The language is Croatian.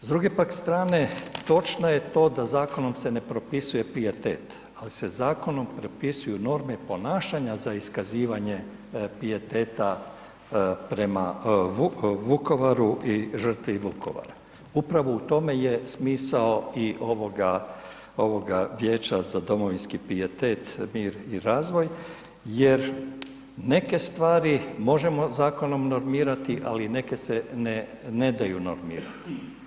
S druge pak strane, točna je to da zakonom se ne propisuje pijetet, ali se zakonom propisuju norme ponašanja za iskazivanje pijeteta prema Vukovaru i žrtvi Vukovara, upravo u tome je smisao i ovoga Vijeća za domovinski pijetet, mir i razvoj jer neke stvari možemo zakonom normirati, ali neke se ne daju normirati.